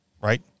right